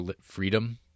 freedom